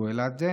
שהוא העלה את זה,